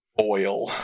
oil